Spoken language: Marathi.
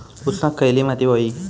ऊसाक खयली माती व्हयी?